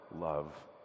love